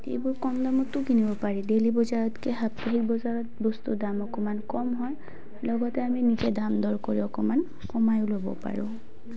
এইবোৰ কম দামতো কিনিব পাৰি ডেইলি বজাৰতকৈ সাপ্তাহিক বজাৰত বস্তুৰ দাম অকণমান কম হয় লগতে আমি নিজে দাম দৰ কৰি অকণমান কমায়ো ল'ব পাৰোঁ